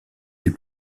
des